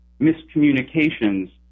miscommunications